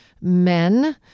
men